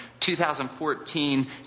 2014